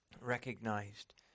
Recognized